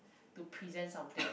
to present something